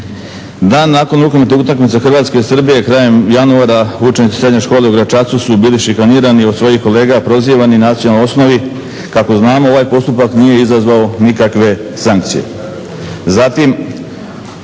Dan nakon rukometne utakmice Hrvatske i Srbije, krajem januara, učenici srednje škole u Gračacu su bili šikanirani od svojih kolega, prozivani nacionalnoj osnovi. Kako znamo ovaj postupak nije izazvao nikakve sankcije.